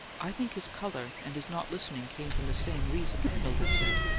i think his colour and his not listening came from the same reason, mildred said,